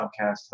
Podcast